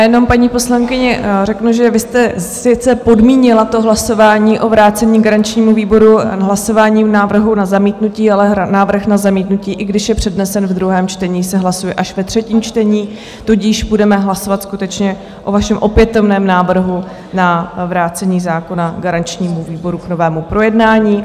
Jenom, paní poslankyně, řeknu, že vy jste sice podmínila to hlasování o vrácení garančnímu výboru hlasováním návrhu na zamítnutí, ale návrh na zamítnutí, i když je přednesen v druhém čtení, se hlasuje až ve třetím čtení, tudíž budeme hlasovat skutečně o vašem opětovném návrhu na vrácení zákona garančnímu výboru k novému projednání.